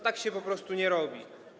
Tak się po prostu nie robi.